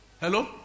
Hello